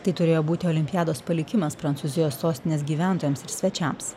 tai turėjo būti olimpiados palikimas prancūzijos sostinės gyventojams ir svečiams